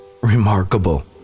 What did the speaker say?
remarkable